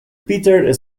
peter